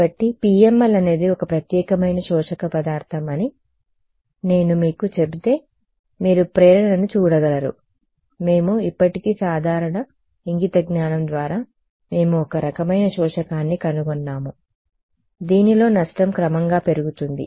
కాబట్టి PML అనేది ఒక ప్రత్యేకమైన శోషక పదార్థం అని నేను మీకు చెబితే మీరు ప్రేరణను చూడగలరు మేము ఇప్పటికే సాధారణ ఇంగితజ్ఞానం ద్వారా మేము ఒక రకమైన శోషకాన్ని కనుగొన్నాము దీనిలో నష్టం క్రమంగా పెరుగుతుంది